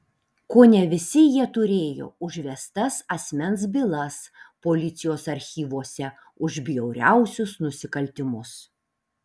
kone visi jie turėjo užvestas asmens bylas policijos archyvuose už bjauriausius nusikaltimus